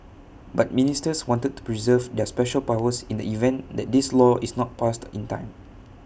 but ministers wanted to preserve their special powers in the event that this law is not passed in time